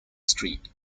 street